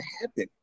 happen